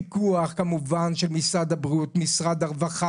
פיקוח כמובן של משרד הבריאות, משרד הרווחה.